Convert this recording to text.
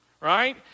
right